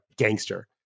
gangster